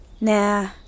Nah